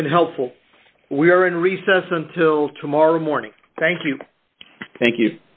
has been helpful we are in recess until tomorrow morning thank you thank you